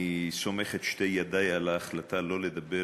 אני סומך את שתי ידי על ההחלטה לא לדבר